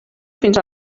fins